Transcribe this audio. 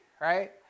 right